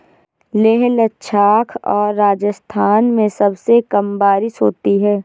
लेह लद्दाख और राजस्थान में सबसे कम बारिश होती है